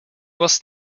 was